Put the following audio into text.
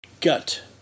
gut